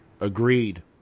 Agreed